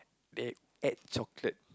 they add chocolate